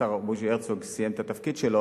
השר בוז'י הרצוג סיים את התפקיד שלו,